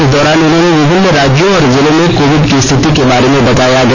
इस दौरान उन्हें विभिन्न राज्यों और जिलों में कोविड की स्थिति के बारे में बताया गया